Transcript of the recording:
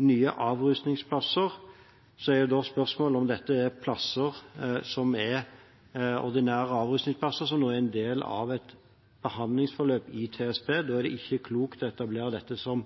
nye avrusningsplasser, er spørsmålet da om dette er plasser som er ordinære avrusningsplasser, som nå er en del av et behandlingsforløp i TSB. Da er det ikke klokt å etablere dette som